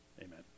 amen